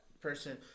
person